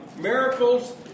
miracles